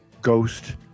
ghost